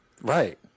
right